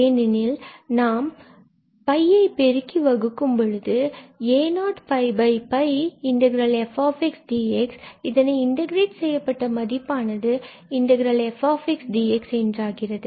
ஏனெனில் நாம் ஐ பெருக்கி வகுக்கும் பொழுது a0 f dx இந்த இன்டெகிரெட் செய்யப்பட்ட மதிப்பானது f dxஎன்றாகிறது